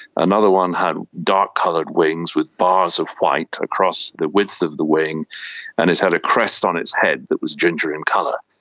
another one had dark coloured wings with bars of white across the width of the wing and had a crest on its head that was ginger in colour.